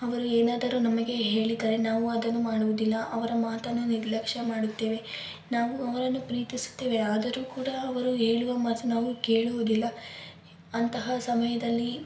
ಅವರು ಏನಾದರೂ ನಮಗೆ ಹೇಳಿದರೆ ನಾವು ಅದನ್ನು ಮಾಡುವುದಿಲ್ಲ ಅವರ ಮಾತನ್ನು ನಿರ್ಲಕ್ಷ ಮಾಡುತ್ತೇವೆ ನಾವು ಅವರನ್ನು ಪ್ರೀತಿಸುತ್ತೇವೆ ಆದರೂ ಕೂಡ ಅವರು ಹೇಳುವ ಮಾತು ನಾವು ಕೇಳುವುದಿಲ್ಲ ಅಂತಹ ಸಮಯದಲ್ಲಿ